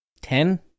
Ten